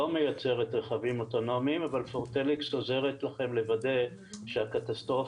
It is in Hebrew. לא מייצרת רכבים אוטונומיים אבל היא עוזרת לכם לוודא שהקטסטרופה